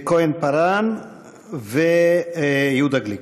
כהן-פארן ויהודה גליק.